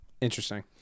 Interesting